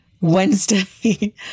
Wednesday